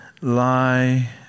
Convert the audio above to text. lie